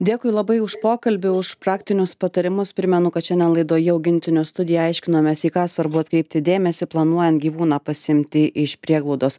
dėkui labai už pokalbį už praktinius patarimus primenu kad šiandien laidoje augintinių studija aiškinomės į ką svarbu atkreipti dėmesį planuojant gyvūną pasiimti iš prieglaudos